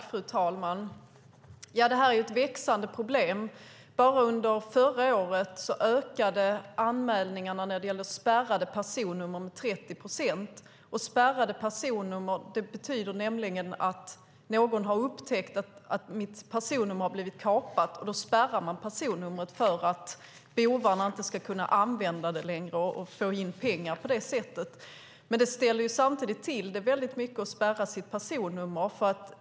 Fru talman! Stöld av identitet är ett växande problem. Bara under förra året ökade anmälningarna av spärrade personnummer med 30 procent. Spärrade personnummer innebär att någon har upptäckt att mitt personnummer har blivit kapat, och då spärras personnumret för att bovarna inte ska kunna använda det och på så sätt få tillgång till mina pengar. Samtidigt ställer det till det när man får sitt personnummer spärrat.